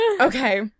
Okay